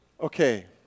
Okay